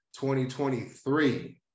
2023